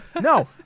No